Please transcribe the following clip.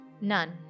None